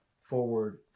forward